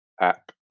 app